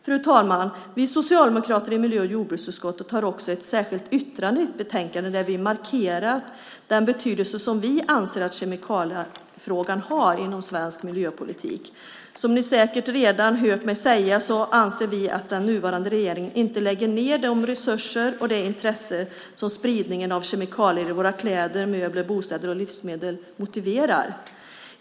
Fru talman! Vi socialdemokrater i miljö och jordbruksutskottet har ett särskilt yttrande i betänkandet. Där markerar vi den betydelse som vi anser att kemikaliefrågan har inom svensk miljöpolitik. Som ni säkert redan hört mig säga anser vi socialdemokrater att den nuvarande regeringen inte lägger de resurser på och inte ägnar det intresse åt detta som spridningen av kemikalier i våra kläder, möbler, bostäder och livsmedel motiverar.